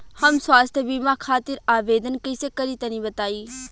हम स्वास्थ्य बीमा खातिर आवेदन कइसे करि तनि बताई?